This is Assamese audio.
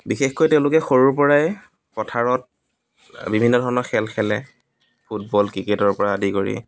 বিশেষকৈ তেওঁলোকে সৰুৰ পৰাই পথাৰত বিভিন্ন ধৰণৰ খেল খেলে ফুটবল ক্ৰিকেটৰ পৰা আদি কৰি